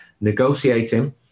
Negotiating